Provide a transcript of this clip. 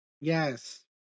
Yes